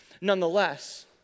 nonetheless